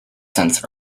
since